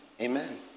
amen